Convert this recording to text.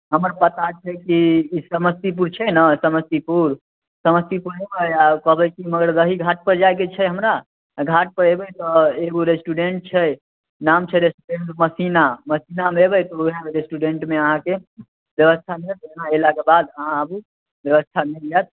हमर पता छै कि ई समस्तीपुर छै ने समस्तीपुर समस्तीपुर एबै आ कहबै कि मगरदेही घाटपर जाइके छै हमरा आ घाटपर एबै तऽ एगो रेस्टोरेंट छै नाम छै रेस्टोरेंट मसीना मसीनामे एबै तऽ उएह रेस्टोरेन्टमे अहाँके व्यवस्था हेतै यहाँ एलाके बाद अहाँ आबू व्यवस्था मिल जायत